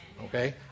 Okay